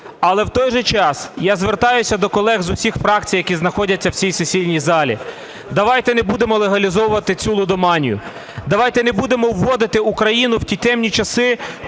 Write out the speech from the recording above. Але в той же час я звертаюсь до колег з усіх фракцій, які знаходяться в цій сесійній залі, давайте не будемо легалізовувати цю лудоманію. Давайте не будемо вводити Україну в ті темні часи,